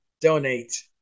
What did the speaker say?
Donate